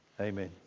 Amen